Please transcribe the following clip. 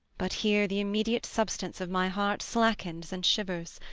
but here the immediate substance of my heart slackens and shivers,